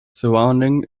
surrounding